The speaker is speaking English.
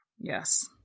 Yes